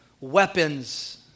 weapons